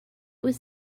was